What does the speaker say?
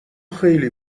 خیلی